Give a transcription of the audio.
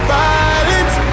violence